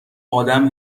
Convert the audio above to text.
آدم